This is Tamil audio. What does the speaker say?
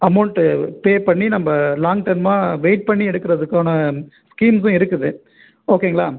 அமௌண்ட்டு பே பண்ணி நம்ப லாங் டேர்ம்மாக வெயிட் பண்ணி எடுக்குறதுக்கான ஸ்கீம்ஸும் இருக்குது ஓகேங்களா